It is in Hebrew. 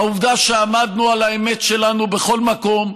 העובדה שעמדנו על האמת שלנו בכל מקום,